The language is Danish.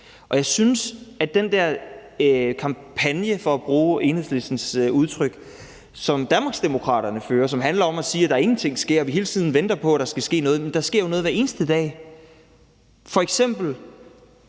Og i forhold til den der kampagne – for at bruge Enhedslistens udtryk – som Danmarksdemokraterne fører, og som handler om at sige, at der ingenting sker, og at vi hele tiden venter på, at der skal ske noget, vil jeg sige, at der jo sker noget hver eneste dag. Da